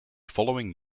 following